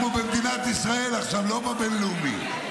אנחנו במדינת ישראל עכשיו, לא בבן-לאומי.